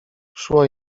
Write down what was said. szło